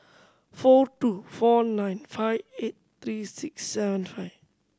four two four nine five eight three six seven five